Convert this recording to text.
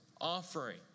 offering